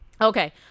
Okay